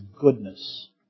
goodness